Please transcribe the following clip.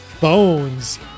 Bones